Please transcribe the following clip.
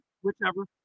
whichever